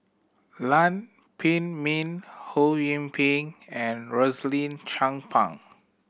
Lam Pin Min Ho Yee Ping and Rosaline Chan Pang